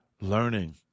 learning